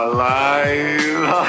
Alive